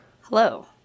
Hello